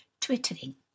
twittering